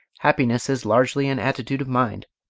happiness is largely an attitude of mind,